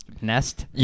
nest